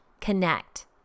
connect